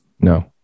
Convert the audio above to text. No